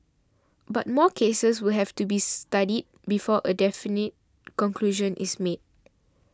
but more cases will have to be studied before a definite conclusion is made